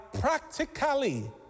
practically